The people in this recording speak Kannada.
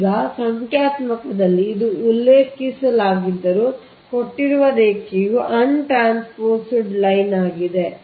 ಈ ಸಂಖ್ಯಾತ್ಮಕಲ್ಲಿ ಇದನ್ನು ಉಲ್ಲೇಖಿಸಲಾಗಿದ್ದರೂ ಕೊಟ್ಟಿರುವ ರೇಖೆಯು ಅನ್ ಟ್ರಾನ್ಸ್ಪೋಸ್ಡ್ ಲೈನ್ ಆಗಿದೆ